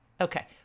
Okay